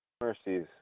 Mercies